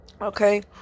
Okay